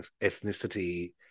ethnicity